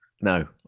No